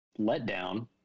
letdown